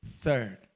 Third